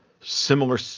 similar